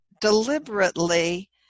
deliberately